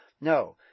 No